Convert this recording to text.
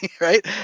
right